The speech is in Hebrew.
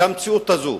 למציאות הזאת.